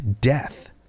death